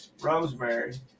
Rosemary